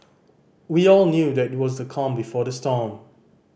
we all knew that it was the calm before the storm